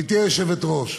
גברתי היושבת-ראש,